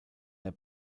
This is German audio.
der